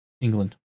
England